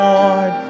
Lord